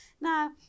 Now